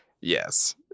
Yes